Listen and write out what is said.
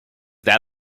that